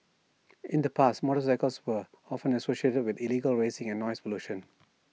in the past motorcycles were often associated with illegal racing or noise pollution